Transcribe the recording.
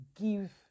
give